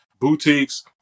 boutiques